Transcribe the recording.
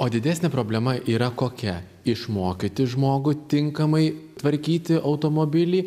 o didesnė problema yra kokia išmokyti žmogų tinkamai tvarkyti automobilį